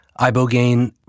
ibogaine